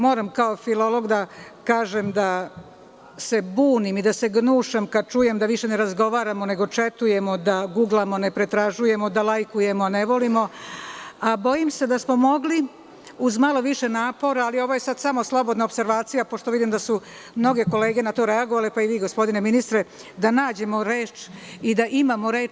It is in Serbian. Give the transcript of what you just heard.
Moram kao filolog da kažem da se bunim i da se gnušam kad čujem da više ne razgovaramo nego četujemo, da guglamo ne pretražujemo, da lajkujemo a ne volimo, a bojim se da smo mogli uz malo više napora ali ovo je sad samo slobodna opservacija pošto vidim da su mnoge kolege na to reagovale, pa i vi gospodine ministre, da nađemo reč i da imamo reč.